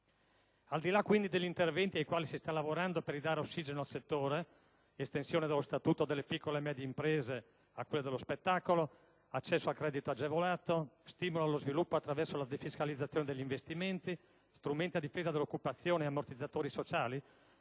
Al di là, quindi, degli interventi ai quali si sta lavorando per ridare ossigeno al settore (estensione dello statuto delle piccole e medie imprese a quelle dello spettacolo, accesso al credito agevolato, stimolo allo sviluppo attraverso la defiscalizzazione degli investimenti, strumenti a difesa dell'occupazione e ammortizzatori sociali),